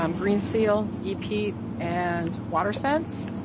um green seal, epeat, and water sense,